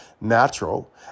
natural